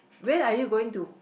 when are you going to